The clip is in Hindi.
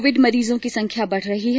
कोविड मरीजों की संख्या बढ़ रही है